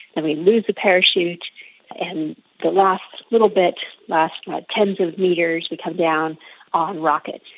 and we remove the parachute and the last little bit, last tens of metres we come down on rockets.